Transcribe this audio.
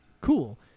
Cool